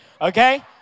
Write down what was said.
okay